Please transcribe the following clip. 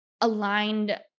aligned